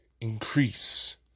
increase